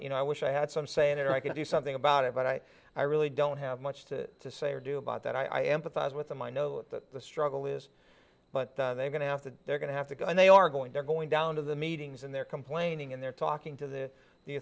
you know i wish i had some say in it or i could do something about it but i really don't have much to say or do about that i empathize with them i know that the struggle is but they're going to have to they're going to have to go and they are going they're going down to the meetings and they're complaining and they're talking to the the